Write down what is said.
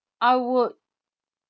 I would